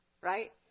Right